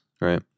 right